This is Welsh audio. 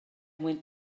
mwyn